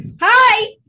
Hi